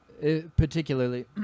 particularly